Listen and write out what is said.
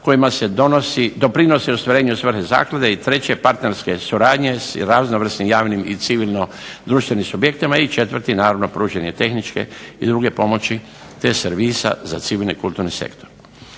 kojima se doprinosi ostvarenju svrhe zaklade i treće partnerske suradnje s raznovrsnim javnim i civilno društvenim subjektima i četvrti naravno pružanje tehničke i druge pomoći te servisa za civilni kulturni sektor.